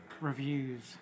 reviews